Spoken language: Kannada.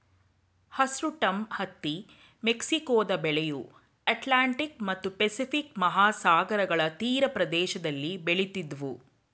ಹರ್ಸುಟಮ್ ಹತ್ತಿ ಮೆಕ್ಸಿಕೊದ ಬೆಳೆಯು ಅಟ್ಲಾಂಟಿಕ್ ಮತ್ತು ಪೆಸಿಫಿಕ್ ಮಹಾಸಾಗರಗಳ ತೀರಪ್ರದೇಶದಲ್ಲಿ ಬೆಳಿತಿದ್ವು